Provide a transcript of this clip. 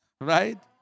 Right